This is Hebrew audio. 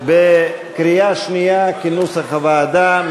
בקריאה שנייה, כנוסח הוועדה.